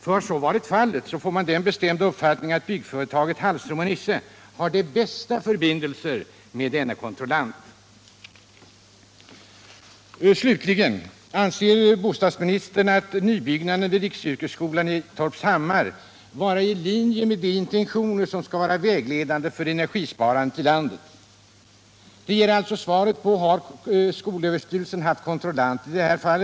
Om så har varit fallet, får man den bestämda uppfattningen att byggföretaget Hallström & Nisses har de ”bästa” förbindelser med denna kontrollant. Slutligen: Anser bostadsministern att nybyggnaden vid riksyrkesskolan i Torpshammar var i linje med de intentioner som skall vara vägledande för energisparandet i landet? Jag återkommer till frågan om skolöverstyrelsen har haft kontrollant i detta fall.